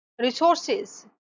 resources